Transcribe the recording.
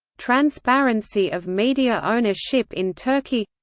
transparency of media ownership in turkey